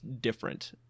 different